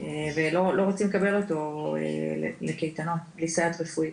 ולא רוצים לקבל אותו לקייטנות בלי סייעת רפואית.